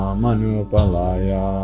manupalaya